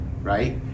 Right